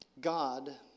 God